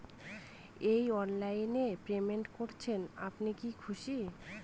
এই অনলাইন এ পেমেন্ট করছেন আপনি কি খুশি?